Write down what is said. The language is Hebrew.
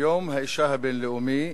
יום האשה הבין-לאומי